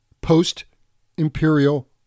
Post-Imperial